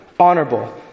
Honorable